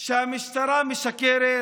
שהמשטרה משקרת?